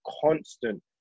constant